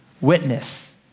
Witness